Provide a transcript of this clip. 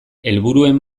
helburuen